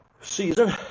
season